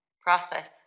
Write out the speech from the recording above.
process